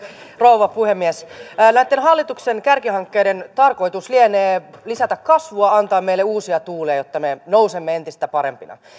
rouva puhemies näitten hallituksen kärkihankkeiden tarkoitus lienee lisätä kasvua antaa meille uusia tuulia jotta me nousemme entistä parempina